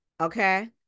okay